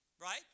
Right